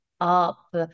up